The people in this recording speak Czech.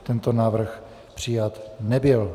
Tento návrh přijat nebyl.